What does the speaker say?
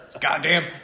Goddamn